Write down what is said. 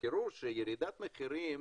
תזכרו שירידת מחירים